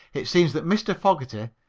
it seems that mr. fogerty,